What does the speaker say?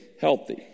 healthy